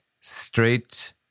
straight